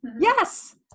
Yes